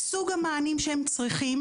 סוג המענים שהם צריכים,